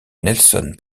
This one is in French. nelson